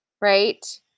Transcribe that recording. right